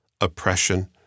oppression